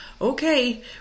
Okay